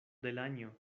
delanjo